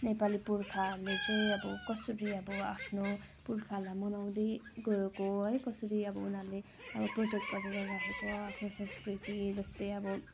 नेपाली पुर्खाहरूले चाहिँ अब कसरी अब आफ्नो पुर्खाहरूलाई मनाउँदै गएको है कसरी अब उनीहरूले अब प्रोटेक्ट गरेर राखेको आफ्नो संस्कृति जस्तै अब